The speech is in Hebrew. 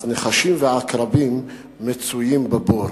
אז נחשים ועקרבים נמצאים בבור.